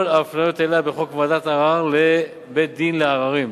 ההפניות אליה בחוק מ"ועדת ערר" ל"בית-דין לעררים",